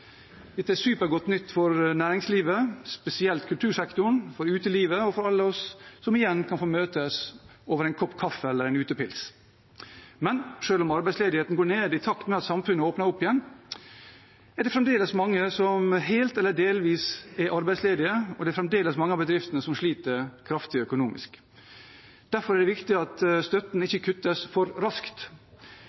Dette er supergodt nytt for næringslivet, spesielt kultursektoren, for utelivet og for alle oss som igjen kan få møtes over en kopp kaffe eller en utepils. Men selv om arbeidsledigheten går ned i takt med at samfunnet åpner opp igjen, er det fremdeles mange som er helt eller delvis arbeidsledige, og det er fremdeles mange av bedriftene som sliter kraftig økonomisk. Derfor er det viktig at støtten ikke kuttes for raskt,